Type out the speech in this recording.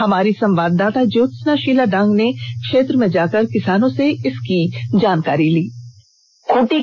हमारी संवाददाता ज्योत्सना षिला डांग ने क्षेत्र में जाकर किसानों से इसकी जानकारी ली